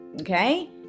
okay